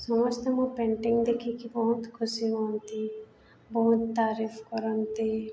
ସମସ୍ତେ ମୋ ପେଣ୍ଟିଂ ଦେଖିକି ବହୁତ ଖୁସି ହୁଅନ୍ତି ବହୁତ ତାରିଫ୍ କରନ୍ତି